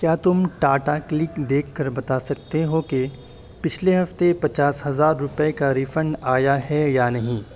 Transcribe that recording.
کیا تم ٹاٹا کلیک دیکھ کر بتا سکتے ہو کہ پچھلے ہفتے پچاس ہزار روپے کا ریفنڈ آیا ہے یا نہیں